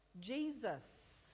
Jesus